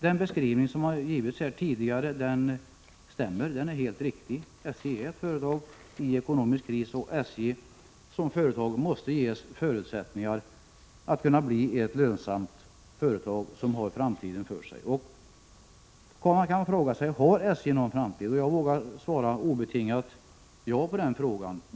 Den beskrivning som givits här är helt riktig — SJ är som sagt ett företag i ekonomisk kris, och SJ måste ges förutsättningar att bli ett lönsamt företag som har framtiden för sig. Man kan fråga: Har SJ någon framtid? Jag vågar svara obetingat ja på den frågan.